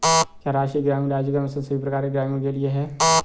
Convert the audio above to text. क्या राष्ट्रीय ग्रामीण आजीविका मिशन सभी प्रकार के ग्रामीणों के लिए है?